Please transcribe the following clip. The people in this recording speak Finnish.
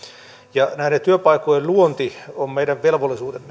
ja näiden työpaikkojen luonti on meidän velvollisuutemme